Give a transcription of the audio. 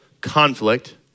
conflict